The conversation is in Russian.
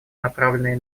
направленные